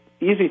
easy